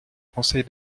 conseil